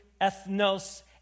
ethnos